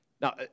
Now